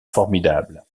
formidable